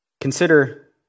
Consider